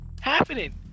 happening